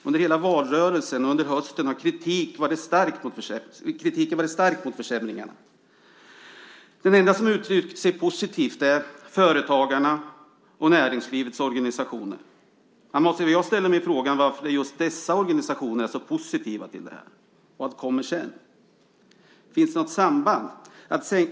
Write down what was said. Under hela valrörelsen och under hösten har kritiken varit stark mot försämringarna. De enda som har uttryckt sig positivt är företagarna och näringslivets organisationer. Jag måste ställa mig frågan varför just dessa organisationer är så positiva till det här? Finns det något samband? Vad kommer sedan?